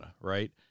Right